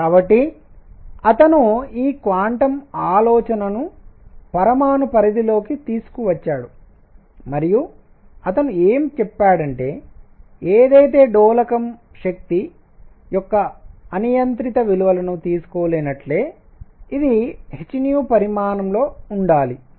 కాబట్టి అతను ఈ క్వాంటం ఆలోచనను పరమాణు పరిధిలోకి తీసుకువచ్చాడు మరియు అతను ఏమి చెప్పాడంటే ఏదైతే డోలకం శక్తి యొక్క అనియంత్రిత విలువలను తీసుకోలేనట్లే ఇది h పరిమాణంలో ఉండాలి